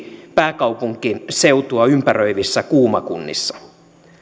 pääkaupunkiseutua ympäröivissä kuuma kunnissa